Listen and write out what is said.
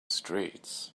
streets